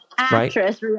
Actress